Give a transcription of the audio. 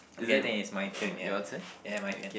okay I think it's my turn yeah yeah my turn